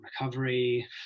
recovery